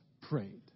prayed